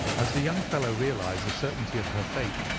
as the young fellow realized the certainty of her fate,